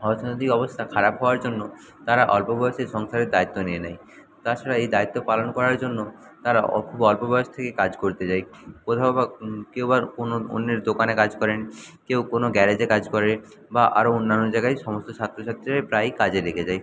অর্থনৈতিক অবস্থা খারাপ হওয়ার জন্য তারা অল্প বয়সে সংসারের দায়িত্ব নিয়ে নেয় তাছাড়া এই দায়িত্ব পালন করার জন্য তারা খুব অল্প বয়স থেকে কাজ করতে যায় কোথাও বা কেউ আবার অন্যের দোকানে কাজ করেন কেউ কোনো গ্যারেজে কাজ করেন বা আরও অন্যান্য জায়গায় সমস্ত ছাত্র ছাত্রীরা প্রায়ই কাজে লেগে যায়